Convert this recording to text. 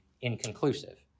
inconclusive